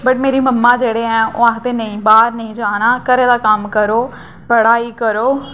but मेरी mama जेह्ड़े हैन ओह् आक्खदियां न नेईं बाह्र नेईं जाना घरै दा कम्म करो पढ़ाई करो